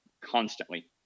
constantly